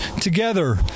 together